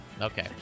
Okay